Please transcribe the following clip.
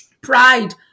pride